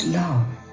love